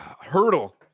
hurdle